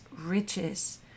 riches